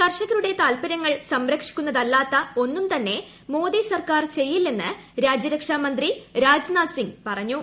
കർഷകരുടെ താൽപ്പരൃങ്ങൾ സംരക്ഷിക്കുന്നതല്ലാത്ത ഒന്നുംതന്നെ മോദി സർക്കാർ ചെയ്യില്ലെന്ന് രാജ്യരക്ഷാ മന്ത്രി രാജ്നാഥ് സിംഗ് പറഞ്ഞു